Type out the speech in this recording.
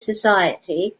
society